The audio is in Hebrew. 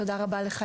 תודה רבה לך,